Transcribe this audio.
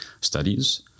studies